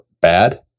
bad